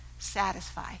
satisfy